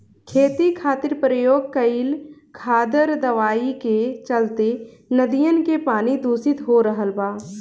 खेती खातिर प्रयोग कईल खादर दवाई के चलते नदियन के पानी दुसित हो रहल बा